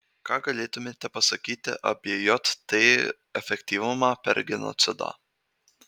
ką galėtumėte pasakyti apie jt efektyvumą per genocidą